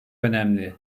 önemli